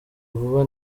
vuba